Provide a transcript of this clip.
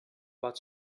but